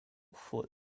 foot